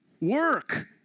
work